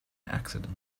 accident